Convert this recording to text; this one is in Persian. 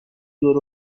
دور